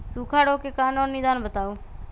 सूखा रोग के कारण और निदान बताऊ?